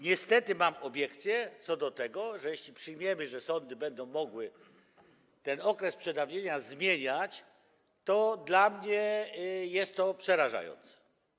Niestety mam obiekcje, bo jeśli przyjmiemy, że sądy będą mogły ten okres przedawnienia zmieniać, to dla mnie jest to przerażające.